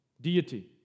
deity